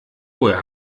woher